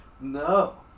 No